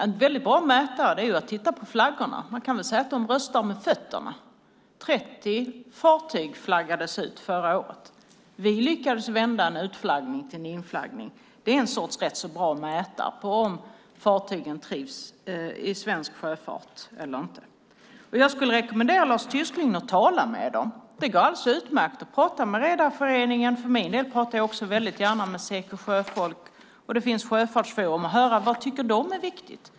En väldigt bra mätare är att titta på flaggorna - man kan säga att de röstar med fötterna. Förra året flaggades 30 fartyg ut. Vi lyckades vända en utflaggning till en inflaggning. Det är en rätt så bra mätare på om fartygen trivs i svensk sjöfart eller inte. Jag skulle rekommendera Lars Tysklind att tala med dem. Det går alldeles utmärkt att prata med Redareföreningen - för min del pratar jag också gärna med Seko sjöfolk, och det finns sjöfartsforum - och höra vad de tycker är viktigt.